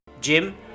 Jim